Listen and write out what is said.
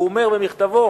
והוא אומר במכתבו: